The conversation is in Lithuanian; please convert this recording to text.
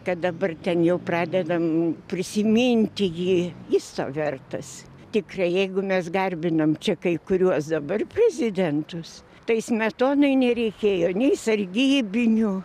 kad dabar ten jau pradedam prisimint jį jis to vertas tikrai jeigu mes garbinam čia kai kuriuos dabar prezidentus tai smetonai nereikėjo nei sargybinių